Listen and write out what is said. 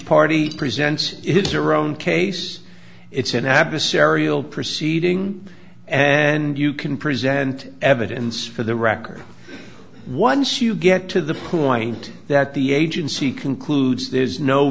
party presents its your own case it's an adversarial proceeding and you can present evidence for the record once you get to the point that the agency concludes there's no